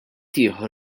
tieħu